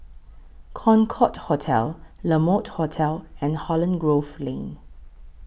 Concorde Hotel La Mode Hotel and Holland Grove Lane